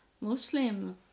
muslim